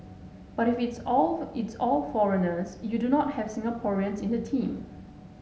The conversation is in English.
but if it's all it's all foreigners you do not have Singaporeans in the team